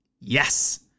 Yes